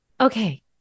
Okay